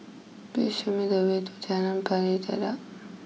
please show me the way to Jalan Pari Dedap